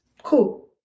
Cool